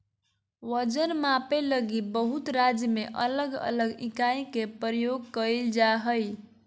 वजन मापे लगी बहुत राज्य में अलग अलग इकाई के प्रयोग कइल जा हइ